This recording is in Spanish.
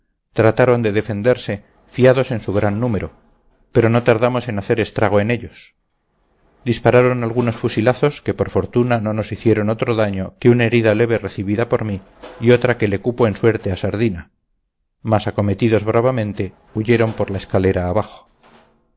trataron de defenderse fiados en su gran número pero no tardamos en hacer estrago en ellos dispararon algunos fusilazos que por fortuna no nos hicieron otro daño que una herida leve recibida por mí y otra que le cupo en suerte a sardina mas acometidos bravamente huyeron por la escalera abajo